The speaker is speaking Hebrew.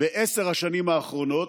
בעשר השנים האחרונות,